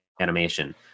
animation